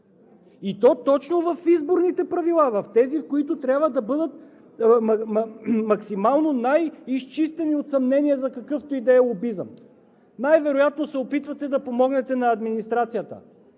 и то точно в изборните правила, в тези, които трябва да бъдат максимално най-изчистени от съмнения за какъвто и да е лобизъм. Най-вероятно се опитвате да помогнете на администрацията?